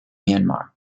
myanmar